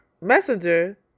messenger